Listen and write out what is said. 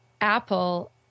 apple